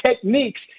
techniques